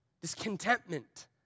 discontentment